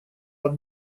под